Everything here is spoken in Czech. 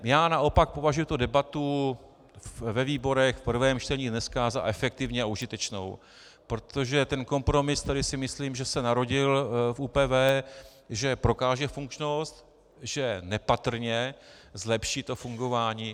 Já naopak považuji debatu ve výborech v prvém čtení dneska za efektivní a užitečnou, protože ten kompromis, který si myslím, že se narodil v ÚPV, že prokáže funkčnost, že nepatrně zlepší to fungování.